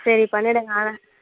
சரி பண்ணிவிடுங்க